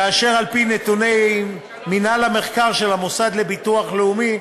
כאשר על-פי נתוני מינהל המחקר של המוסד לביטוח לאומי,